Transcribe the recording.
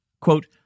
Quote